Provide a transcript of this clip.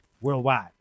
worldwide